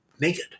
naked